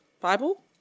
Bible